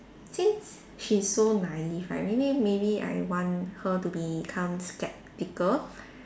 since she's so naive right maybe maybe I want her to become skeptical